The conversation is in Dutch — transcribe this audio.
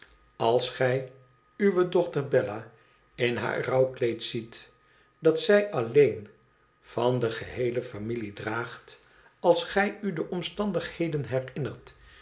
als gij uwe dochter bella in haar rouwkleed ziet dat alleen van de gehele familie draagt als gij u de omstandigheden herinnert